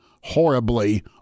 horribly